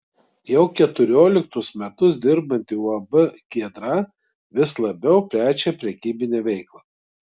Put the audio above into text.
jau keturioliktus metus dirbanti uab giedra vis labiau plečia prekybinę veiklą